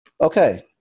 Okay